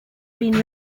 been